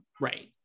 Right